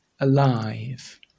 alive